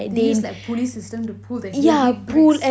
they use like pulleys to pull the heavy bricks